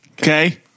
okay